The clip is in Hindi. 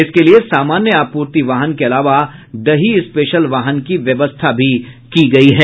इसके लिये सामान्य आपूर्ति वाहन के अलावा दही स्पेशल वाहन की व्यवस्था भी की गयी है